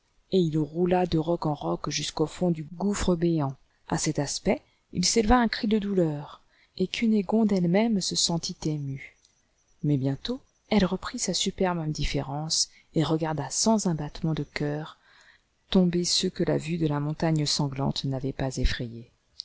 et il roula de roc en roc jusqu'au fond du gouffre béant a cet aspect il s'éleva un cri de douleur et cunégonde elle-même se sentit émue mais bientôt elle reprit sa superbe indifférence et regarda sans un battement de cœur tomber ceux que la vue de la montagne sanglante n'avait pas effrayés